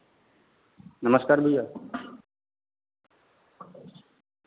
नमस्कार भैया